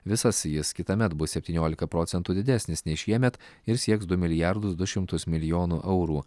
visas jis kitąmet bus septyniolika procentų didesnis nei šiemet ir sieks du milijardus du šimtus milijonų eurų